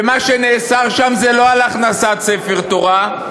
מה שנאסר שם זה לא הכנסת ספר תורה,